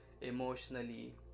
emotionally